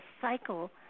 cycle